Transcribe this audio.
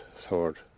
sword